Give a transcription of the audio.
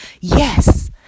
yes